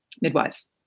midwives